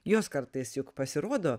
jos kartais juk pasirodo